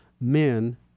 men